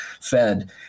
fed